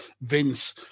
Vince